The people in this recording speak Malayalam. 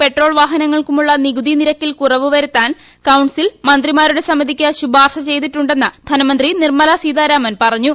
പെട്രോൾവാഹനങ്ങൾക്കും ഉള്ള നികുതി നിരക്കിൽകുറവു വരുത്താൻ കൌൺസിൽ മന്ത്രിമാരുടെ സമിതിക്ക് ശുപാർശചെയ്തിട്ടുണ്ടെന്ന് ധനമന്ത്രി നിർമ്മലാ സീതാരാമൻ പറഞ്ഞു